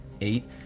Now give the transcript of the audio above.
Eight